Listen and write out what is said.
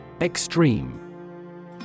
Extreme